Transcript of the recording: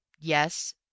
yes